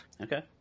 okay